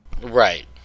Right